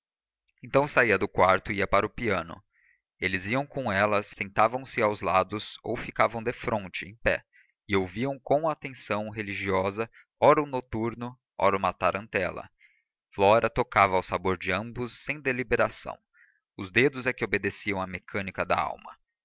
então saía do quarto e ia para o piano eles iam com ela sentavam-se aos lados ou ficavam defronte em pé e ouviam com atenção religiosa ora um noturno ora uma tarantela flora tocava ao sabor de ambos sem deliberação os dedos é que obedeciam à mecânica da alma